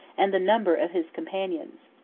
and the number of his companions.